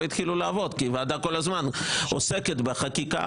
התחילו לעבוד כי הוועדה כל הזמן עוסקת בחקיקה,